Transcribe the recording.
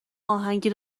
اهنگی